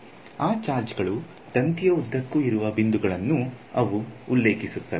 ಆ ಚಾರ್ಜ್ ಗಳು ತಂತಿಯ ಉದ್ದಕ್ಕೂ ಇರುವ ಬಿಂದುಗಳನ್ನು ಅವು ಉಲ್ಲೇಖಿಸುತ್ತವೆ